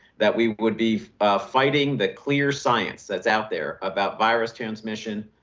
that we would be fighting the clear science that's out there about virus transmission,